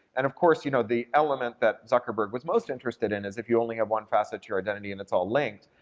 and, of course, you know, the element that zuckerberg was most interested in is if you only have one facet to your identity and it's all linked,